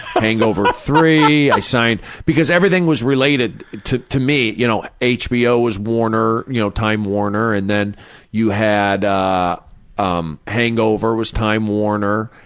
hangover three, i signed because everything was related to to me, you know, hbo was warner, you know, time warner, and then you had ah um hangover was time warner,